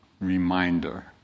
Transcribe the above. reminder